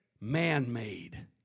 man-made